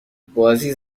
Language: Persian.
بازی